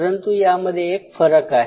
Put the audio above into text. परंतु यामध्ये एक फरक आहे